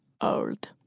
old